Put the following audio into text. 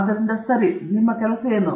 ಆದ್ದರಿಂದ ನಿಮ್ಮ ಕೆಲಸ ಏನು